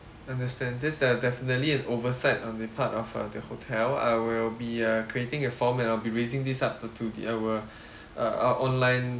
understand this uh definitely an oversight on the part of uh the hotel I will be uh creating a form and I'll be raising this up to the our uh online